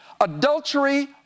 adultery